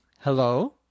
hello